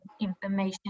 information